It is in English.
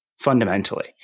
Fundamentally